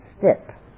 step